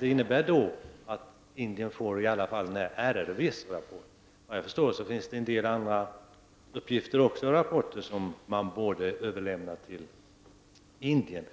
Det innebär att Indien får del av i varje fall RRVs rapport. Såvitt jag förstår finns det även en del andra uppgifter och rapporter som borde överlämnas till Indien.